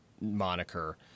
moniker